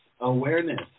Awareness